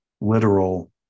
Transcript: literal